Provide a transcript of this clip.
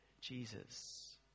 Jesus